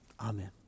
Amen